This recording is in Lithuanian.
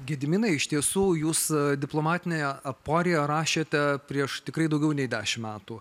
gediminai iš tiesų jūs diplomatinę aporiją rašėte prieš tikrai daugiau nei dešimt metų